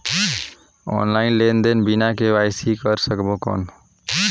Online लेनदेन बिना KYC कर सकबो कौन??